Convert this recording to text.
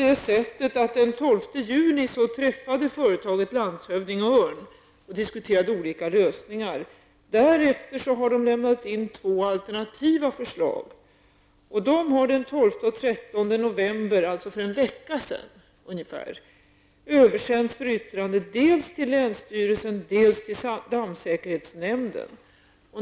Den 12 juni träffade man från företaget landshövding Öhrn och diskuterade olika lösningar. Därefter har det lämnat in två alternativa förslag. Dessa har den 12 och 13 november, dvs. för ungefär en vecka sedan, översänts för yttrande dels till länsstyrelsen, dels till dammsäkerhetsnämnden.